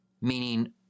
meaning